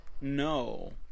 No